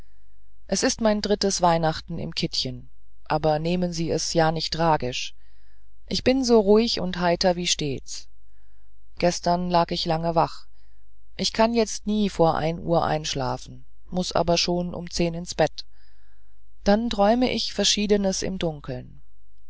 es ist mein drittes weihnachten im kittchen aber nehmen sie es ja nicht tragisch ich bin so ruhig und heiter wie immer gestern lag ich lange wach ich kann jetzt nie vor ein uhr einschlafen muß aber schon um zehn ins bett dann träume ich verschiedenes im dunkeln